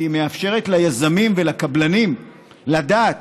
כי היא מאפשרת ליזמים ולקבלנים לדעת